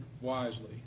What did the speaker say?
wisely